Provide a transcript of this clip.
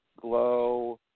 Glow